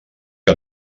que